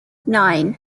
nine